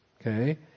okay